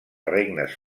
regnes